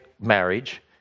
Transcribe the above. marriage